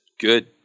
good